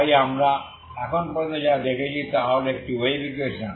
তাই আমরা এখন পর্যন্ত যা দেখেছি তা হল একটি ওয়েভ ইকুয়েশন